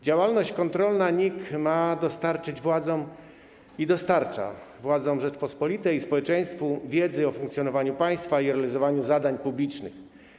Działalność kontrolna NIK ma dostarczyć i dostarcza władzom Rzeczypospolitej i społeczeństwu wiedzy o funkcjonowaniu państwa i realizowaniu zadań publicznych.